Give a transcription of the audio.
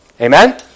Amen